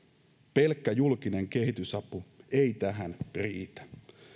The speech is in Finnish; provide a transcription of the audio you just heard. pelkkä julkinen kehitysapu ei tähän riitä